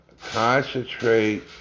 Concentrate